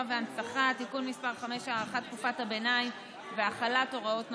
והנצחה) (תיקון מס' 5) (הארכת תקופת הביניים והחלת הוראות נוספות),